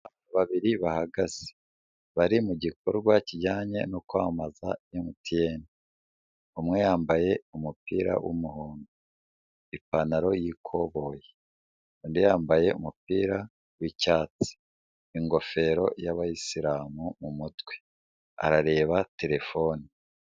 Abantu babiri bahagaze bari mu gikorwa kijyanye no kwamamaza MTN, umwe yambaye umupira w'umuhondo, ipantaro y'ikoboyi, undi yambaye umupira w'icyatsi, ingofero y'abayisiramu mu mutwe arareba telefone.